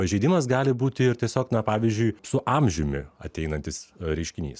pažeidimas gali būti ir tiesiog na pavyzdžiui su amžiumi ateinantis reiškinys